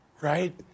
right